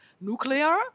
nuclear